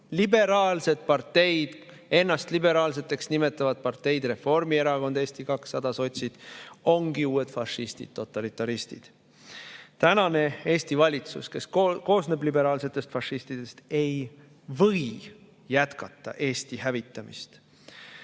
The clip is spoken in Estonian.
Liberaalsed parteid, ennast liberaalseks nimetavad parteid – Reformierakond, Eesti 200, sotsid – ongi uued fašistid, totalitaristid. Praegune Eesti valitsus, kes koosneb liberaalsetest fašistidest, ei või jätkata Eesti hävitamist.